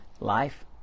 Life